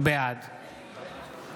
בעד